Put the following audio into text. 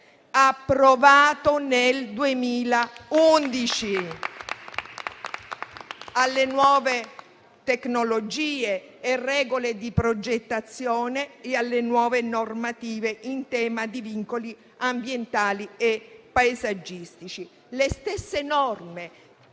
approvato nel 2011) sia adeguato alle nuove tecnologie e regole di progettazione e alle nuove normative in tema di vincoli ambientali e paesaggistici.